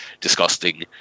disgusting